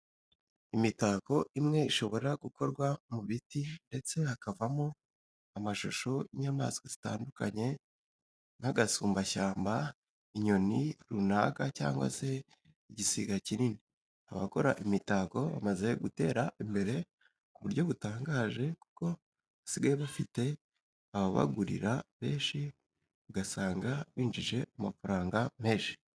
Imitako imwe ishobora gukorwa mu biti ndetse hakavamo amshusho y'inyamaswa zitandukanye nk'agasumbashyamba, inyoni runaka cyangwa se igisiga kinini. Abakora imitako bamaze gutera imbere ku buryo butangaje kuko basigaye bafite ababagurira benshi ugasanga binjije amafaranga menshi.